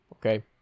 okay